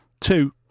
Two